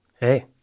hey